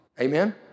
Amen